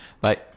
bye